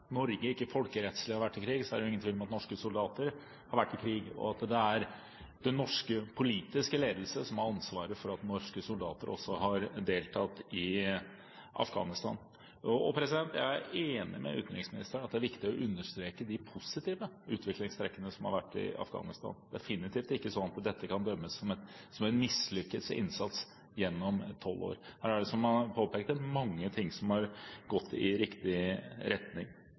Norge ikke folkerettslig har vært i krig, er det ingen tvil om at norske soldater har vært i krig, og at det er norsk politisk ledelse som har ansvaret for at norske soldater også har deltatt i Afghanistan. Jeg er enig med utenriksministeren i at det er viktig å understreke de positive utviklingstrekkene som har vært i Afghanistan. Det er definitivt ikke slik at dette kan dømmes som en mislykket innsats gjennom tolv år. Her er det, som man påpekte, mange ting som har gått i riktig retning.